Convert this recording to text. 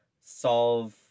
solve